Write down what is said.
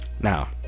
Now